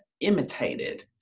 imitated